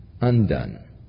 undone